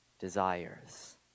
desires